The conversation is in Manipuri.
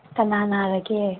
ꯀꯅꯥ ꯅꯥꯔꯒꯦ